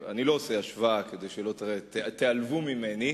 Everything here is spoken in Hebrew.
אני לא עושה השוואה כדי שלא תיעלבו ממני,